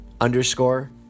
underscore